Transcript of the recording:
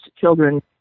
children